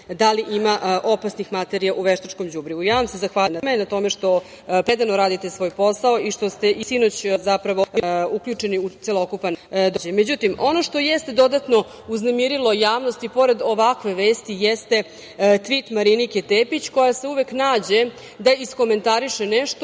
da li ima opasnih materija u veštačkom đubrivu. Ja vam se zahvaljujem na tome i na tome što predano radite svoj posao i što ste i sinoć bili uključeni u celokupan događaj.Međutim, ono što jeste dodatno uznemirilo javnost i pored ovakve vesti jeste, tvit Marinike Tepić koja se uvek nađe da iskomentariše nešto što,